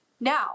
Now